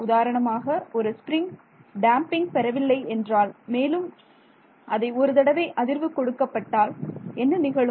உதாரணமாக ஒரு spring damping பெறவில்லை என்றால் மேலும் அதை ஒரு தடவை அதிர்வு கொடுக்கப்பட்டால் என்ன நிகழும்